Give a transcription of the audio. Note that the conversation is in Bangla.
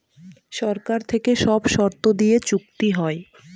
সরকার থেকে সব শর্ত দিয়ে চুক্তি হয়